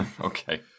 Okay